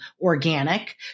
organic